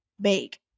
bake